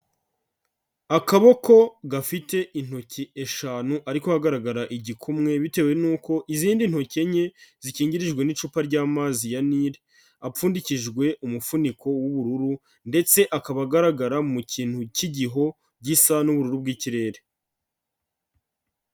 Akaboko gafite intoki eshanu ariko hagaragara igikumwe bitewe n'uko izindi ntoki enye zikingirijwe n'icupa ry'amazi ya Nile, apfundikijwe umufuniko w'ubururu ndetse akaba agaragara mu kintu cy'igiho gisa n'ubururu bw'ikirere.